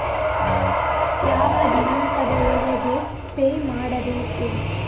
ಯಾವ ದಿನಾಂಕದ ಒಳಗೆ ಪೇ ಮಾಡಬೇಕು?